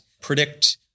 predict